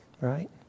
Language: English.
right